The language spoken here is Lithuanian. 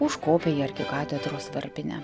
užkopę į arkikatedros varpinę